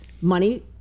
money